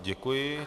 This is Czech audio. Děkuji.